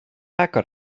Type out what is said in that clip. agor